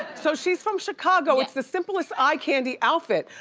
so she's from chicago, it's the simplest eye candy outfit.